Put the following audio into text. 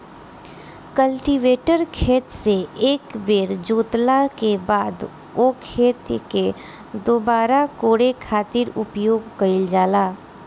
cultivator खेत से एक बेर जोतला के बाद ओ खेत के दुबारा कोड़े खातिर उपयोग कईल जाला